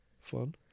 Fun